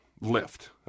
lift